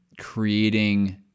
creating